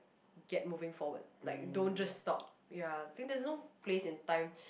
get moving forward like don't just stop ya think there's no place in time